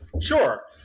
Sure